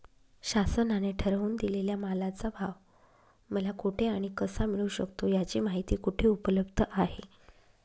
शासनाने ठरवून दिलेल्या मालाचा भाव मला कुठे आणि कसा मिळू शकतो? याची माहिती कुठे उपलब्ध आहे?